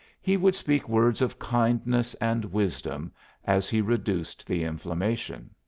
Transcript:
he would speak words of kindness and wisdom as he reduced the inflammation.